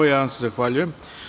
Ja vam se zahvaljujem.